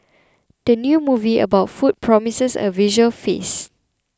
the new movie about food promises a visual feast